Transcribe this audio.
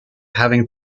having